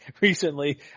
recently